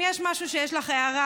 אם יש משהו, יש לך הערה